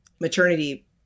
maternity